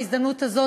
בהזדמנות הזאת,